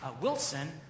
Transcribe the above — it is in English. Wilson